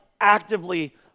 actively